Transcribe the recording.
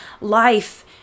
life